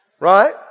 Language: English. Right